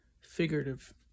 figurative